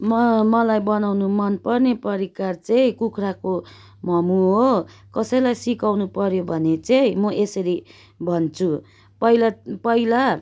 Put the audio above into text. म मलाई बनाउनु मनपर्ने परिकार चाहिँ कुखुराको मोमो हो कसैलाई सिकाउनु पऱ्यो भने चाहिँ म यसरी भन्छु पहिला पहिला